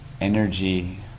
Energy